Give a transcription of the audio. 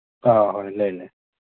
ꯑꯥ ꯍꯣꯏ ꯂꯩ ꯂꯩ